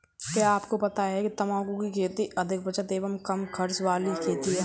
क्या आपको पता है तम्बाकू की खेती अधिक बचत एवं कम खर्च वाली खेती है?